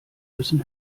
müssen